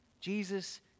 Jesus